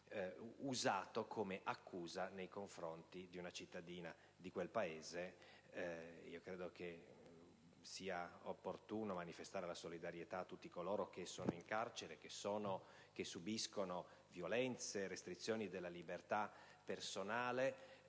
usata come accusa nei confronti di una cittadina di quel Paese. Credo sia opportuno poi manifestare solidarietà a tutti coloro che sono in carcere e subiscono violenze e restrizioni della libertà personale